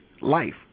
life